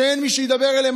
שאין מי שידבר אליהם.